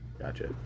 gotcha